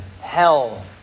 hell